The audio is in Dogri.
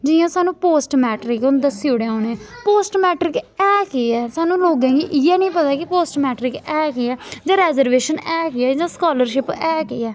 जियां सानूं पोस्ट मैट्रिक हून दस्सी ओड़ेआ उ'नें पोस्ट मैट्रिक ऐ केह् ऐ सानूं लोकें गी इ'यै निं पता कि पोस्ट मैट्रिक ऐ केह् ऐ जां रेजर्वेशन ऐ केह् ऐ जां स्कालरशिप ऐ केह् ऐ